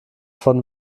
von